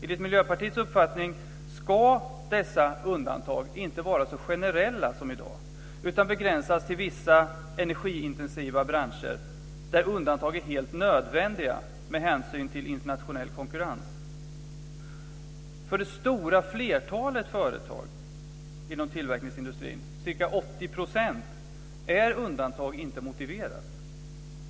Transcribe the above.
Enligt Miljöpartiets uppfattning ska dessa undantag inte vara så generella som i dag utan begränsas till vissa energiintensiva branscher där undantag är helt nödvändiga med hänsyn till internationell konkurrens. För det stora flertalet företag inom tillverkningsindustrin, ca 80 %, är undantag inte motiverat.